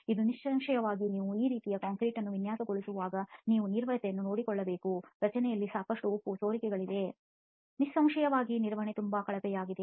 ಈಗ ನಿಸ್ಸಂಶಯವಾಗಿ ನೀವು ಈ ರೀತಿಯ ಕಾಂಕ್ರೀಟ್ ಅನ್ನು ವಿನ್ಯಾಸಗೊಳಿಸುವಾಗ ನೀವು ನಿರ್ವಹಣೆಯನ್ನು ನೋಡಿಕೊಳ್ಳಬೇಕು ರಚನೆಯಲ್ಲಿ ಸಾಕಷ್ಟು ಉಪ್ಪು ಸೋರಿಕೆಗಳಿವೆ ನಿಸ್ಸಂಶಯವಾಗಿ ನಿರ್ವಹಣೆ ತುಂಬಾ ಕಳಪೆಯಾಗಿತ್ತು